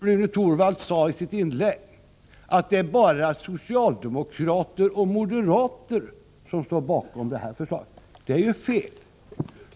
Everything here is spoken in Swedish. Rune Torwald sade i sitt inlägg att det bara är socialdemokrater och moderater som står bakom detta förslag. Det är fel.